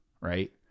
right